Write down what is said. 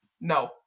No